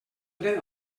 dret